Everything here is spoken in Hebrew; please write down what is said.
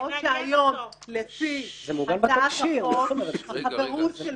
-- בעוד שהיום לפי הצעת החוק חברות של